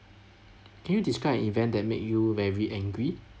can you describe an event that made you very angry